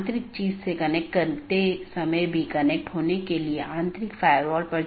यह हर BGP कार्यान्वयन के लिए आवश्यक नहीं है कि इस प्रकार की विशेषता को पहचानें